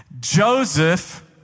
Joseph